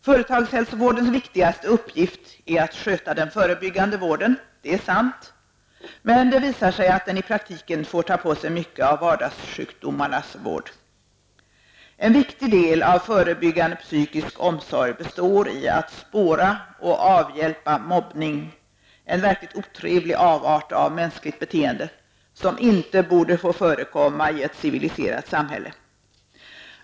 Företagshälsovårdens viktigaste uppgift är att sköta den förebyggande vården. Det är sant, men det visar sig att företagshälsovården i praktiken får ta på sig mycket av vardagssjukdomarnas vård. En viktig del av förebyggande psykisk omsorg består i att spåra och avhjälpa mobbning, en verkligt otrevlig avart av mänskligt beteende, som inte borde förekomma i ett civiliserat samhälle.